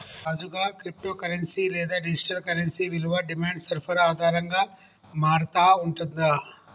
రాజుగా, crypto currency లేదా digital currency విలువ డిమాండ్ సరఫరా ఆధారంగా మారతా ఉంటుంది